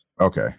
Okay